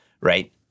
right